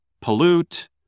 pollute